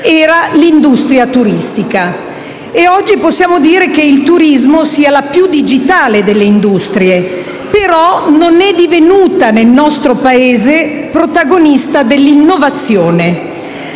fu l'industria turistica e oggi possiamo dire che il turismo sia la più digitale delle industrie, però non è divenuta nel nostro Paese protagonista dell'innovazione.